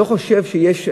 לא חושב שיש,